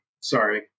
Sorry